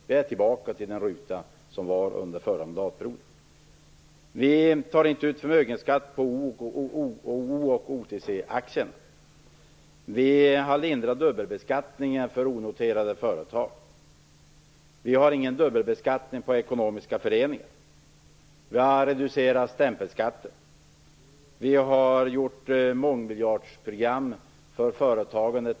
Vi är tillbaka på den ruta där vi stod under den förra mandatperioden. Vi tar inte ut förmögenhetsskatt på O och OTC listade aktier. Vi har lindrat dubbelbeskattning för onoterade företag. Vi har ingen dubbelbeskattning på ekonomiska föreningar. Vi har reducerat stämpelskatten. Vi har gjort ett mångmiljardprogram för företagandet.